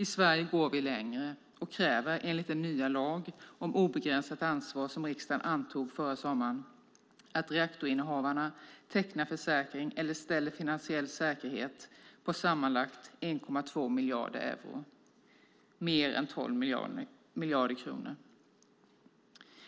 I Sverige går vi längre och kräver, enligt den nya lag om obegränsat ansvar som riksdagen antog så sent som förra sommaren, att reaktorinnehavarna tecknar försäkring eller ställer finansiell säkerhet på sammanlagt 1,2 miljarder euro, mer än 12 miljarder kronor.